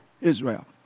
Israel